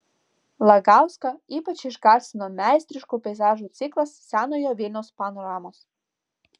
lagauską ypač išgarsino meistriškų peizažų ciklas senojo vilniaus panoramos